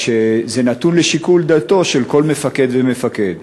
זה נתון לשיקול דעתו של כל מפקד ומפקד,